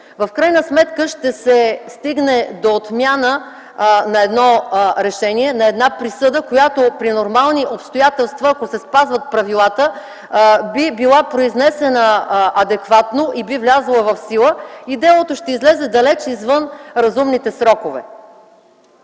В крайна сметка ще се стигне до отмяна на едно решение, на една присъда, която при нормални обстоятелства, ако се спазват правилата, би била произнесена адекватно и би влязла в сила и делото ще излезе далеч извън разумните срокове.